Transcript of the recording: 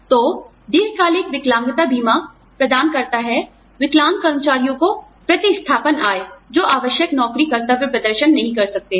तो दीर्घकालिक विकलांगता बीमा प्रदान करता है विकलांग कर्मचारियों को प्रतिस्थापन आय जो आवश्यक नौकरी कर्तव्य प्रदर्शन नहीं कर सकते हैं